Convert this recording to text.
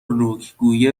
رکگویی